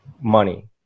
money